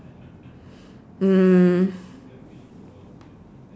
mm